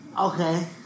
Okay